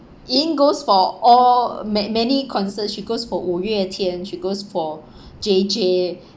ying ying goes for all ugh ma~ many concerts she goes for wu yue tian she goes for J_J